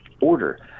order